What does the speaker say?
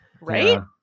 Right